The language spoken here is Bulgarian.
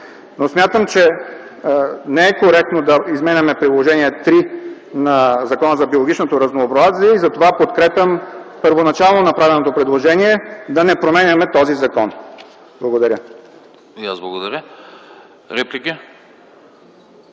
Смятам, че не е коректно да изменяме Приложение 3 на Закона за биологичното разнообразие и затова подкрепям първоначално направеното предложение да не променяме този закон. Благодаря.